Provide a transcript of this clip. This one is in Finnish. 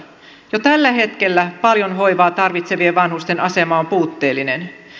jo tällä hetkellä paljon hoivaa tarvitsevien vanhusten asema on puutteellinen